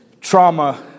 trauma